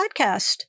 podcast